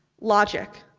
logic,